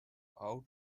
out